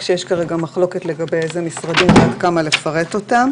כשיש כרגע מחלוקת לגבי איזה משרדים ועד כמה לפרט אותם.